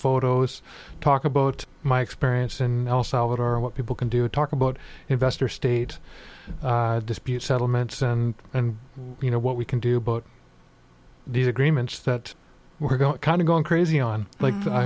photos talk about my experience in el salvador and what people can do talk about investor state dispute settlements and and you know what we can do but these agreements that we're going to kind of going crazy on like i